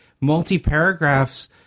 multi-paragraphs